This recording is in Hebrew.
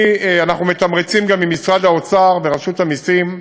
אנחנו מתמרצים גם ממשרד האוצר ברשות המסים,